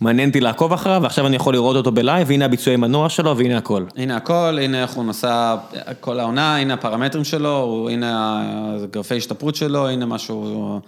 מעניין אותי לעקוב אחריו, ועכשיו אני יכול לראות אותו בלייב, והנה הביצועי מנוע שלו, והנה הכל. הנה הכל, הנה איך הוא נסע... כל העונה, הנה הפרמטרים שלו, הנה ה...גרפי השתפרות שלו, הנה משהו...